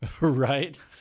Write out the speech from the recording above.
Right